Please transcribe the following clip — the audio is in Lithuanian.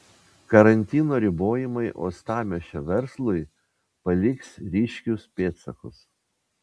karantino ribojimai uostamiesčio verslui paliks ryškius pėdsakus